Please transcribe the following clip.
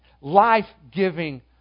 life-giving